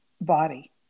body